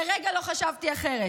לרגע לא חשבתי אחרת.